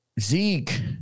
Zeke